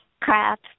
crap